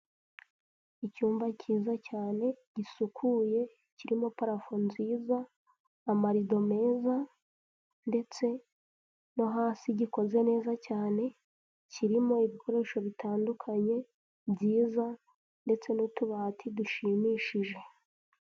Icyumba cyiza cyane gisukuye kirimo parafo nziza, amarido meza, ndetse no hasi gikoze neza cyane, kirimo ibikoresho bitandukanye byiza, ndetse n'utubati dushimishije.